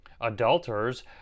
Adulterers